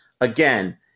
Again